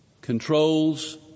controls